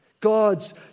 God's